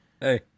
Hey